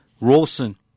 Rawson